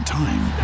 time